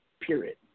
Period